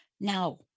Now